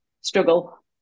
struggle